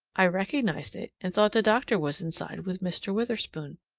i recognized it, and thought the doctor was inside with mr. witherspoon.